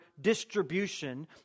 distribution